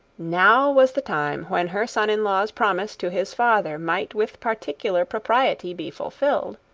now was the time when her son-in-law's promise to his father might with particular propriety be fulfilled.